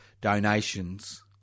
donations